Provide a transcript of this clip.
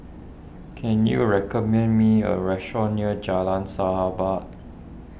can you recommend me a restaurant near Jalan Sahabat